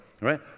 Right